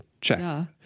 check